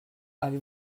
avez